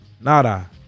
Nada